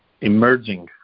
emerging